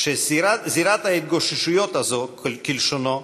שזירת ההתגוששויות הזאת, כלשונו,